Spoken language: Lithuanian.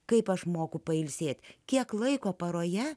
kaip aš moku pailsėti kiek laiko paroje